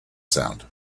sound